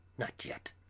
not yet!